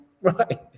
Right